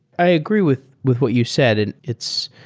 i agree with with what you said, and it's